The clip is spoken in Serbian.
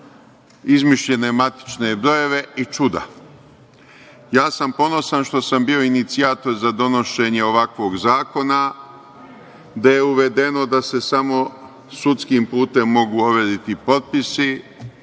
izmišljene matične brojeve i čuda. Ja sam ponosan što sam bio inicijator za donošenje ovakvog zakona, gde je uvedeno da se samo sudskim putem mogu overiti potpisi,